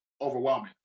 overwhelming